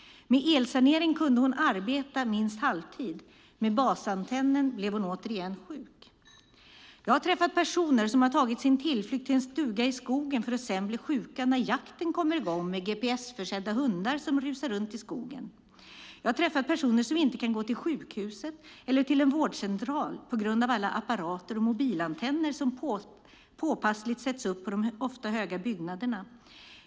Med elsanering kunde hon arbeta minst halvtid. Med basantennen blev hon återigen sjuk. Jag har träffat personer som tagit sin tillflykt till en stuga i skogen för att sedan bli sjuka när jakten kommer i gång med gps-försedda hundar som rusar runt i skogen. Jag har träffat personer som inte kan gå till sjukhuset eller till en vårdcentral på grund av alla apparater och mobilantenner som påpassligt sätts upp på de ofta höga byggnaderna.